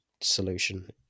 solution